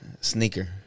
Sneaker